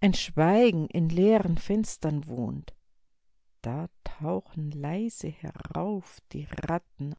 ein schweigen in leeren fenstern wohnt da tauchen leise herauf die ratten